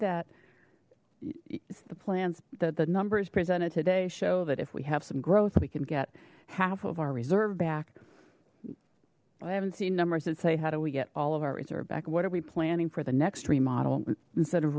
that the plans that the numbers presented today show that if we have some growth we can get half of our reserve back i haven't seen numbers that say how do we get all of our reserve back what are we planning for the next remodel instead of